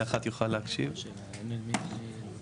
אנחנו ימים שלמים